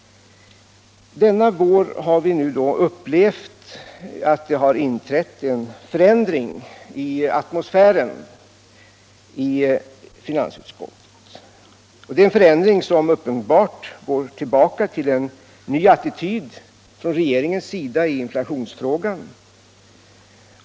Denna vår har vi upplevt att det har inträtt en förändring i atmosfären i finansutskottet. Det är en förändring som uppenbarligen går tillbaka på en ny attityd från regeringens sida i inflationsfrågan.